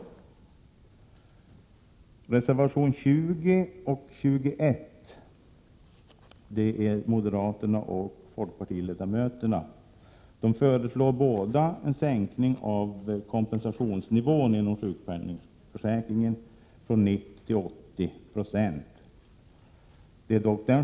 I reservationerna 20 och 21, av moderaterna och folkpartiledamöterna, föreslås en sänkning av kompensationsnivån inom sjukförsäkringen från 90 till 80 26.